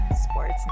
sports